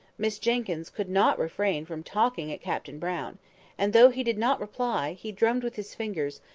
miss jenkyns could not refrain from talking at captain brown and, though he did not reply, he drummed with his fingers,